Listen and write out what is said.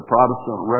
Protestant